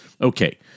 Okay